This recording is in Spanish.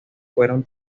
fueron